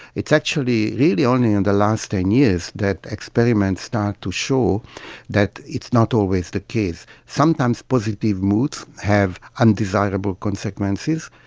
it's actually really only in the last ten years that experiments start to show that it's not always the case. sometimes positive moods have undesirable consequences,